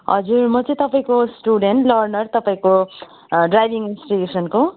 हजुर म चाहिँ तपाईँको स्टुडेन्ट लर्नर तपाईँको ड्राइभिङ इन्स्टिट्युसनको